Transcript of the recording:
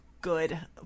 good